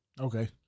Okay